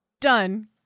Done